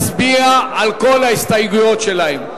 נצביע על כל ההסתייגויות שלהם,